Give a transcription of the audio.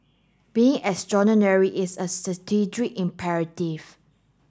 being extraordinary is a strategic imperative